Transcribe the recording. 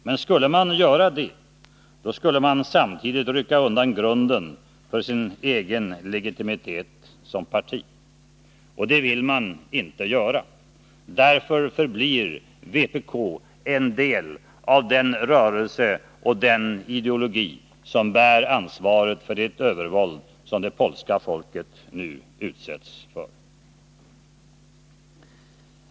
Men skulle vpk göra det, då skulle man samtidigt rycka undan grunden för sin egen legitimitet som parti. Det vill man inte göra, och därför förblir vpk en del av den rörelse och den ideologi som bär ansvaret för det övervåld som det polska folket nu utsätts för.